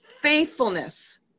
faithfulness